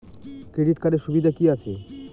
Credit কার্ডের সুবিধা কি আছে?